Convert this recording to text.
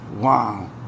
wow